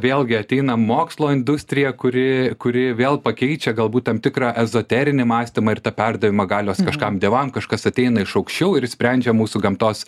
vėlgi ateina mokslo industrija kuri kuri vėl pakeičia galbūt tam tikrą ezoterinį mąstymą ir tą perdavimą galios kažkam dievam kažkas ateina iš aukščiau ir išsprendžia mūsų gamtos